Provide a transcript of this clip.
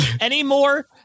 anymore